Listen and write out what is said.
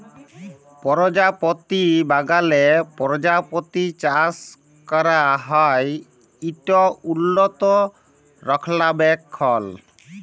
পরজাপতি বাগালে পরজাপতি চাষ ক্যরা হ্যয় ইট উল্লত রখলাবেখল